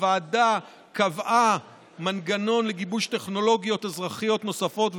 הוועדה קבעה מנגנון לגיבוש טכנולוגיות אזרחיות נוספות,